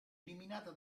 eliminata